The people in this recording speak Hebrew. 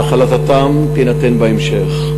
והחלטתם תינתן בהמשך.